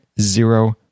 zero